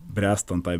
bręstant tai